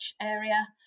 area